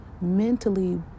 mentally